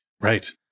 Right